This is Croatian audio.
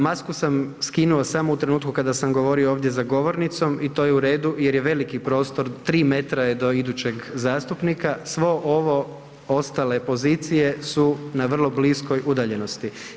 Masku sam skinuo samo u trenutku kada sam govorio ovdje za govornicom i to je u redu jer je veliki prostor, 3 metra je do idućeg zastupnika, svo ovo ostale pozicije su na vrlo bliskoj udaljenosti.